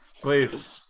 please